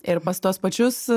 ir pas tuos pačius